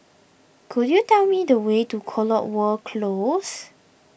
could you tell me the way to Cotswold Close